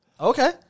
Okay